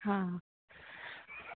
ಹಾಂ ಸರಿ